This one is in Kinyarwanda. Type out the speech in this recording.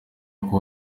ngo